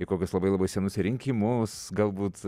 į kokias labai labai senus rinkimus galbūt